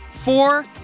Four